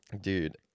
Dude